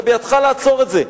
בידך לעצור את זה,